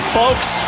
folks